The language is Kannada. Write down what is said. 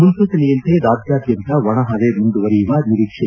ಮುನ್ಸೂಚನೆಯಂತೆ ರಾಜ್ಡಾದ್ಯಂತ ಒಣ ಹವೆ ಮುಂದುವರೆಯುವ ನಿರೀಕ್ಷೆ